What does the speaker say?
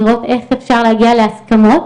לראות איך אפשר להגיע להסכמות.